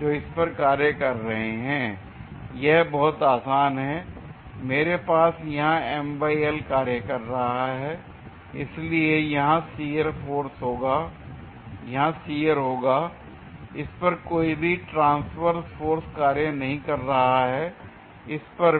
जो इस पर कार्य कर रहा है l यह बहुत आसान है l मेरे पास यहां कार्य कर रहा है इसलिए यहां शियर होगा इस पर कोई भी ट्रांसवर्से फोर्स कार्य नहीं कर रहा है इस पर भी